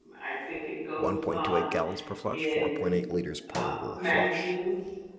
i think it goes on in magazines.